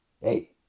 Hey